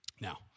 Now